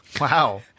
Wow